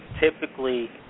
Typically